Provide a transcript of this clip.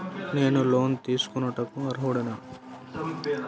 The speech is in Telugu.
నేను లోన్ తీసుకొనుటకు అర్హుడనేన?